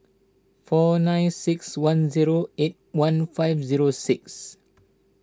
four nine six one zero eight one five zero six